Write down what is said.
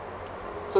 so